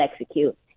execute